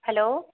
hello